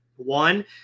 one